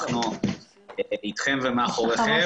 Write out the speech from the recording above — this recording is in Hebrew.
אנחנו אתכם ומאחוריכם.